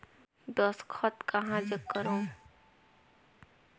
दस्खत कहा जग करो?